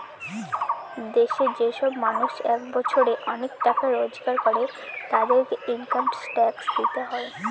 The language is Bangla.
দেশে যে সব মানুষ এক বছরে অনেক টাকা রোজগার করে, তাদেরকে ইনকাম ট্যাক্স দিতে হয়